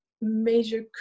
major